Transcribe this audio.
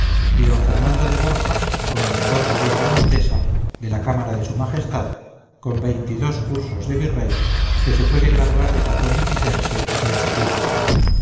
don fernando de borja comendador mayor de montesa de la cámara de su majestad con veinte y dos cursos de virrey que se puede graduar de catón uticense y censorino